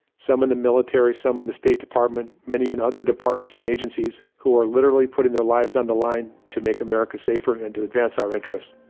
some of the military, some of the state department, many and other departments and agencies who are literally putting their lives on the line to make america safer and to advance our interests.